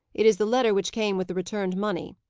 it is the letter which came with the returned money.